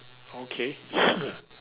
okay